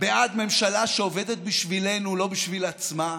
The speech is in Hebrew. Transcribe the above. בעד ממשלה שעובדת בשבילנו, לא בשביל עצמה,